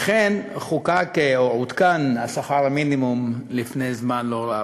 אכן חוקק או עודכן שכר המינימום לפני זמן לא רב.